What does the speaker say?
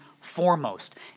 foremost